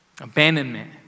abandonment